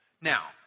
Now